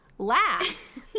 laughs